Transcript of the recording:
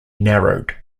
narrowed